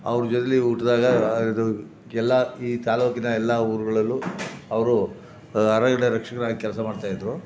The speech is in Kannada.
ಅವ್ರು ಜೊತೇಲಿ ಹುಟ್ದಾಗ ಇದು ಎಲ್ಲ ಈ ತಾಲೂಕಿನ ಎಲ್ಲ ಊರುಗಳಲ್ಲೂ ಅವರು ಅರಣ್ಯ ರಕ್ಷಕರಾಗಿ ಕೆಲಸ ಮಾಡ್ತಾಯಿದ್ದರು